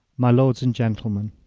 my lords and gentlemen,